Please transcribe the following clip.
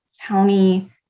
county